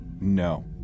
No